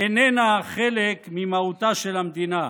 איננה חלק ממהותה של המדינה.